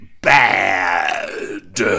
BAD